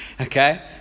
Okay